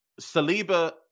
Saliba